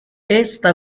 esta